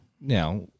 Now